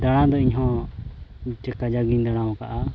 ᱫᱟᱬᱟ ᱫᱚ ᱤᱧᱦᱚᱸ ᱟᱹᱰᱤ ᱠᱟᱡᱟᱠ ᱤᱧ ᱫᱟᱬᱟ ᱟᱠᱟᱫᱼᱟ